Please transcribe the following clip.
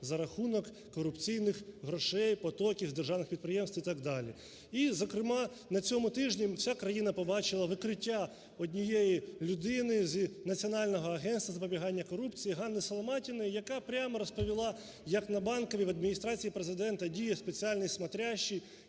за рахунок корупційних грошей, потоків з державних підприємств і так далі. І, зокрема, на цьому тижні вся країна побачила викриття однієї людини з Національного агентства запобігання корупції? Ганни Саламатіної, яка прямо розповіла, як на Банковій в Адміністрації Президента діє спеціальний смотрящий,